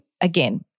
Again